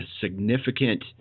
significant